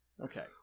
okay